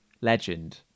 legend